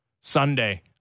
Sunday